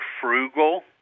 frugal